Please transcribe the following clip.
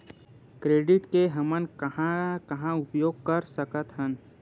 Credit के हमन कहां कहा उपयोग कर सकत हन?